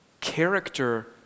character